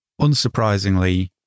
unsurprisingly